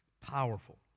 powerful